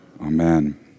Amen